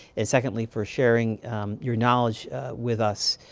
and secondly, for sharing your knowledge with us